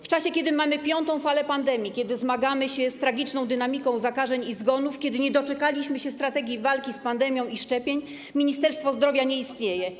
W czasie kiedy mamy piątą falę pandemii, kiedy zmagamy się z tragiczną dynamiką zakażeń i zgonów, kiedy nie doczekaliśmy się strategii walki z pandemią i szczepień, Ministerstwo Zdrowia nie istnieje.